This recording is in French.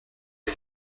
que